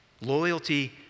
Loyalty